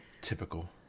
Typical